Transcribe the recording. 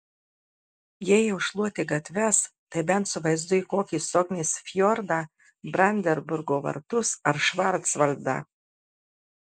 jei jau šluoti gatves tai bent su vaizdu į kokį sognės fjordą brandenburgo vartus ar švarcvaldą